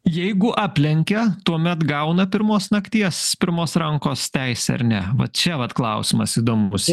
jeigu aplenkia tuomet gauna pirmos nakties pirmos rankos teisę ar ne va čia vat klausimas įdomus